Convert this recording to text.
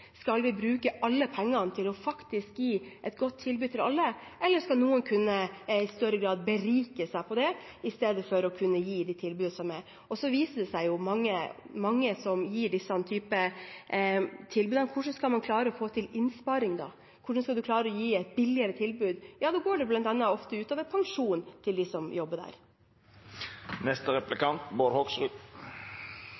Skal vi bruke alle pengene til faktisk å gi et godt tilbud til alle, eller skal noen i større grad kunne berike seg på det, i stedet for å gi det tilbudet som er? Og når det er mange som gir slike tilbud: Hvordan skal man klare å få til innsparing da? Hvordan skal man klare å gi et billigere tilbud? Ja, da går det bl.a. ofte ut over pensjonen til dem som jobber der.